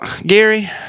Gary